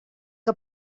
que